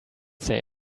say